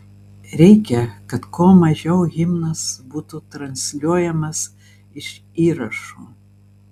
reikia kad kuo mažiau himnas būtų transliuojamas iš įrašo